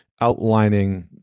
outlining